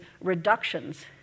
reductions